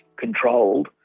controlled